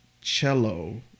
cello